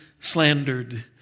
slandered